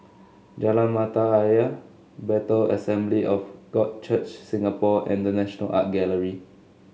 Jalan Mata Ayer Bethel Assembly of God Church Singapore and The National Art Gallery